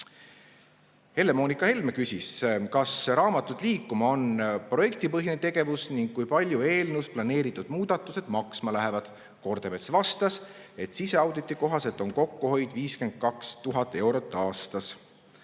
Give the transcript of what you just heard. Helle-Moonika Helme küsis, kas "Raamatud liikuma" on projektipõhine tegevus ning kui palju eelnõus planeeritud muudatused maksma lähevad. Kordemets vastas, et siseauditi kohaselt on kokkuhoid 52 000 eurot aastas.